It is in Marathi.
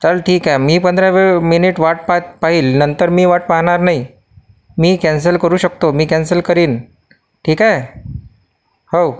चल ठीक आहे मी पंधरा वेळ मिनिट वाट पाह पाहील नंतर मी वाट पाहणार नाही मी कॅन्सल करू शकतो मी कॅन्सल करीन ठीक आहे हो